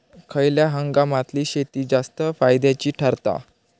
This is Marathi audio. खयल्या हंगामातली शेती जास्त फायद्याची ठरता?